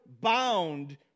bound